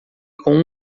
com